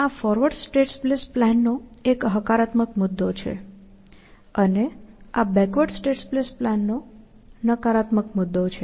આ forward state space plan નો એક હકારાત્મક મુદ્દો છે અને આ બેકવર્ડ સ્ટેટ સ્પેસ પ્લાન નો નકારાત્મક મુદ્દો છે